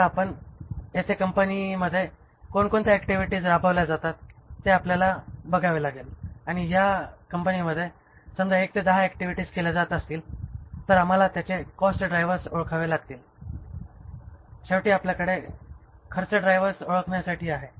आता येथे कंपनीमध्ये कोणकोणत्या ऍक्टिव्हिटीज राबवल्या जातात ते आपल्याला बघावे लागेल आणि या कंपनीमध्ये समजा 1 ते 10 ऍक्टिव्हिटीज केल्या जात असतील तर आम्हाला त्यांचे कॉस्ट ड्रायव्हर्स ओळखावे लागतील शेवटी आपल्याकडे खर्च ड्राइव्हर्स् ओळखण्यासाठी आहे